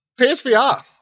PSVR